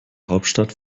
hauptstadt